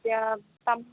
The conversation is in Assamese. এতিয়া পাম